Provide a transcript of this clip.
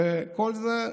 כל זה,